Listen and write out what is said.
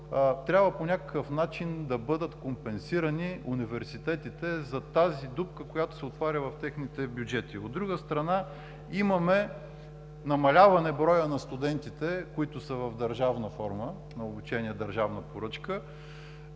трябва по някакъв начин да бъдат компенсирани университетите за тази дупка, която се отваря в техните бюджети. От друга страна, имаме намаляване на броя на студентите, които са в държавна форма на обучение – държавна поръчка,